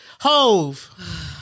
Hove